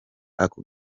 ako